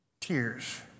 Tears